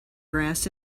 grass